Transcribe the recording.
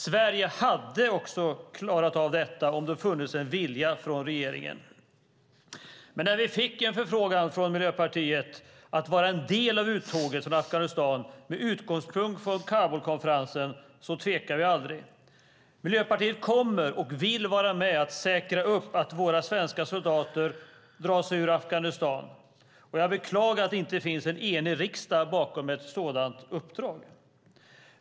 Sverige hade också klarat detta om det hade funnits en vilja från regeringen. När Miljöpartiet fick en förfrågan från regeringen om att vara en del av uttåget från Afghanistan med utgångspunkt från Kabulkonferensen tvekade vi aldrig. Miljöpartiet kommer att och vill vara med och säkra upp att våra svenska soldater drar sig ur Afghanistan, och jag beklagar att det inte finns en enig riksdag bakom ett sådant uppdrag.